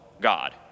God